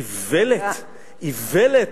איוולת, איוולת,